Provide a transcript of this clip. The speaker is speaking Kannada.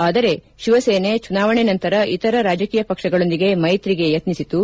ಆದರೆ ಶಿವಸೇನೆ ಚುನಾವಣೆ ನಂತರ ಇತರೆ ರಾಜಕೀಯ ಪಕ್ಷಗಳೊಂದಿಗೆ ಮೈತ್ರಿಗೆ ಯತ್ನಿಸಿತು